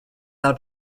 del